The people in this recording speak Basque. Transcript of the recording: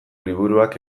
liburuak